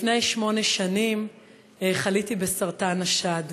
לפני שמונה שנים חליתי בסרטן השד.